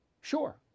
Sure